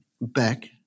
back